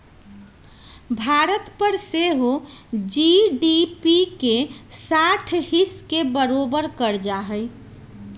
भारत पर सेहो जी.डी.पी के साठ हिस् के बरोबर कर्जा हइ